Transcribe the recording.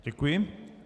Děkuji.